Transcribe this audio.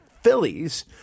Phillies